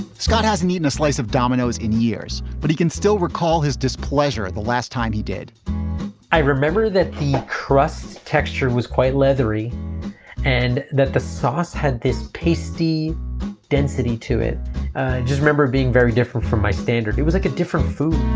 scott hasn't eaten a slice of domino's in years, but he can still recall his displeasure at the last time he did i remember that the crust texture was quite leathery and that the sauce had this pasty density to it i just remember being very different from my standard. it was like a different food